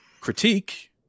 critique